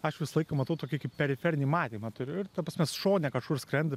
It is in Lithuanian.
aš visą laiką matau tokį kaip periferinį matymą turiu ir ta prasme šone kažkur skrenda